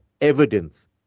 evidence